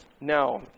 Now